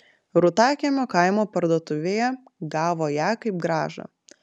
rūtakiemio kaimo parduotuvėje gavo ją kaip grąžą